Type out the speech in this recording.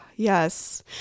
Yes